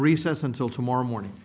recess until tomorrow morning